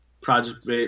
project